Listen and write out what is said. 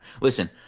listen